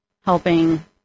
helping